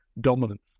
dominance